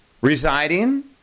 residing